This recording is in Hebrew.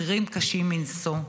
מחירים קשים מנשוא.